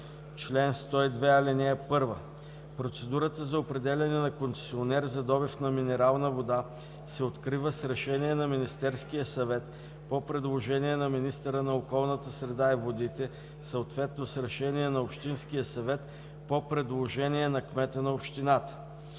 „Чл. 102. (1) Процедурата за определяне на концесионер за добив на минерална вода се открива с решение на Министерския съвет по предложение на министъра на околната среда и водите, съответно с решение на общинския съвет по предложение на кмета на общината.